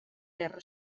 guerra